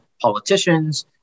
politicians